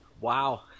Wow